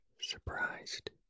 surprised